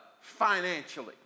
financially